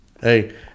Hey